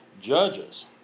judges